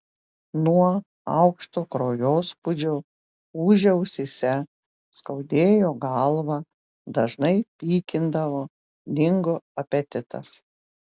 nuo aukšto kraujospūdžio ūžė ausyse skaudėjo galvą dažnai pykindavo dingo apetitas